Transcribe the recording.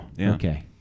okay